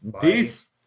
Peace